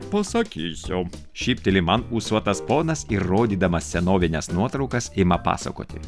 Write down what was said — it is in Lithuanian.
pasakysiu šypteli man ūsuotas ponas ir rodydamas senovines nuotraukas ima pasakoti